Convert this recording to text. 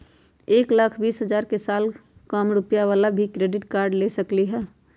एक लाख बीस हजार के साल कम रुपयावाला भी क्रेडिट कार्ड ले सकली ह?